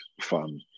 fun